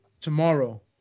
tomorrow